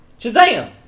Shazam